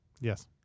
Yes